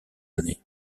années